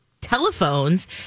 telephones